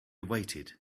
waited